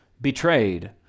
betrayed